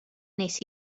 nes